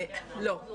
לא.